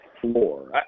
floor